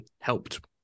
helped